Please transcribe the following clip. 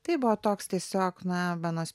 tai buvo toks tiesiog na benas